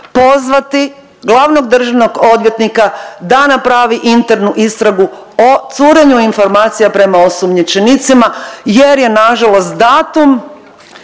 pozvati glavnog državnog odvjetnika da napravi internu istragu o curenju informacija prema osumnjičenicima jer je nažalost datum